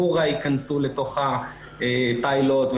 חורה יכנסו לתוך הפיילוט,